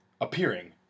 appearing